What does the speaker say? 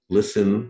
listen